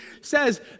says